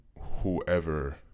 whoever